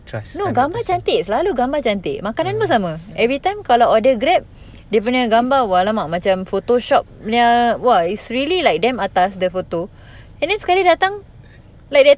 trust kadang-kadang